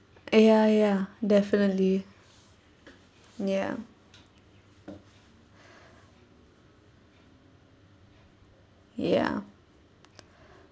ya ya definitely ya ya